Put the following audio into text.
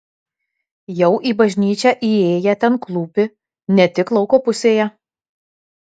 jau į bažnyčią įėję ten klūpi ne tik lauko pusėje